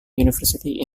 university